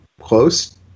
close